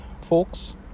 folks